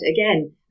Again